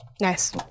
Nice